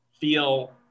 feel